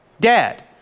dad